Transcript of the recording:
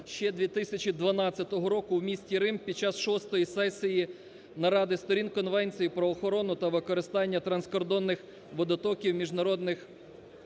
ще 2012 року в місті Рим під час Шостої сесії Наради Сторін Конвенції про охорону та використання транскордонних водотоків міжнародних